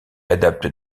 adapte